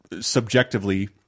subjectively –